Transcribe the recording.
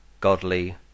godly